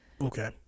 okay